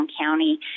County